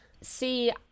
See